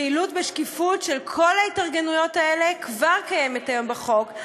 פעילות בשקיפות של כל ההתארגנויות האלה כבר קיימת בחוק,